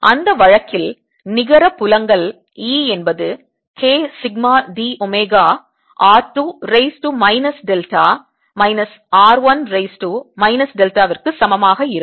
அந்த வழக்கில் நிகர புலங்கள் E என்பது k sigma d omega r 2 raise to minus delta minus r 1 raise to minus டெல்டாவிற்கு சமமாக இருக்கும்